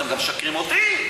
אתם משקרים גם לי.